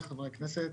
לחברי הכנסת,